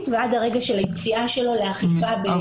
ועד הרגע של היציאה שלו לאכיפה ביתית.